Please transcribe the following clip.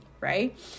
right